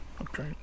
Okay